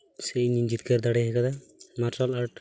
ᱥᱮ ᱤᱧᱤᱧ ᱡᱤᱛᱠᱟᱹᱨ ᱫᱟᱲᱮᱭᱟᱠᱟᱫᱟ ᱢᱟᱨᱥᱟᱞ ᱟᱨᱴ